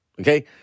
okay